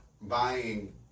buying